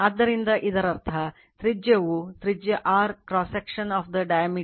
ಆದ್ದರಿಂದ ಇದರರ್ಥ ತ್ರಿಜ್ಯವು ತ್ರಿಜ್ಯ R cross section of the diameter ವು d